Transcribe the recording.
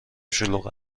شلوغ